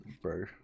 bro